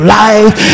life